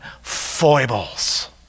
foibles